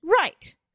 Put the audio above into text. Right